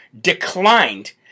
declined